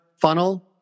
funnel